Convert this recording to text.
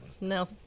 No